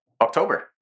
October